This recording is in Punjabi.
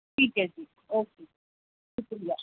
ਠੀਕ ਹੈ ਜੀ ਓਕੇ ਸ਼ੁਕਰੀਆ